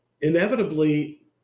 inevitably